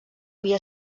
havia